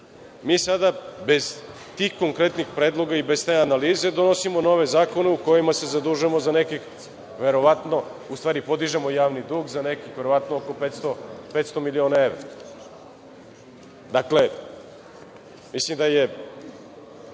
sada bez tih konkretnih predloga i bez te analize donosimo nove zakone u kojima se zadužujemo za nekih verovatno, u stvari podižemo javni dug za nekih verovatno oko 500 miliona evra. Dakle, mislim da je